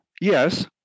Yes